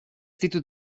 ditut